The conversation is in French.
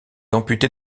amputée